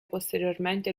posteriormente